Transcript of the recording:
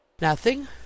Nothing